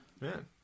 Man